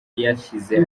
yashyize